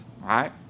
right